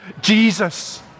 Jesus